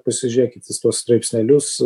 pasižiūrėkit tuos straipsnelius